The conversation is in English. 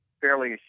fairly